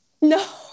No